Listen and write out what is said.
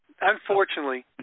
unfortunately